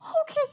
Okay